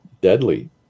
deadly